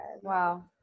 wow